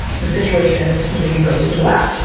the situation in this community really blew up.